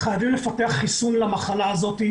חייבים לפתח חיסון למחלה הזאת,